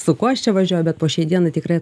su kuo aš čia važiuoju bet po šiai dienai tikrai